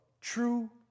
true